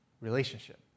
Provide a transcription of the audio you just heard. relationship